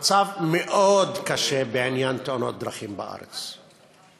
המצב מאוד קשה בעניין תאונות דרכים בארץ.